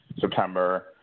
September